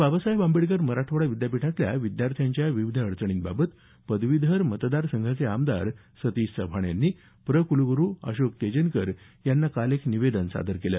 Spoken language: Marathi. बाबासाहेब आंबेडकर मराठवाडा विद्यापीठातल्या विद्यार्थ्यांच्या विविध अडचणींबाबत पदवीधर मतदारसंघाचे आमदार सतीश चव्हाण यांनी प्रक्लग्रू अशोक तेजनकर यांना काल एक निवेदन सादर केलं